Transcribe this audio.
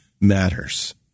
matters